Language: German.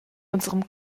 unserem